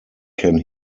can